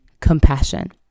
compassion